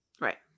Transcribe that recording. Right